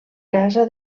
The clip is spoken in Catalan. casa